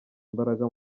imbaraga